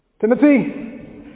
Timothy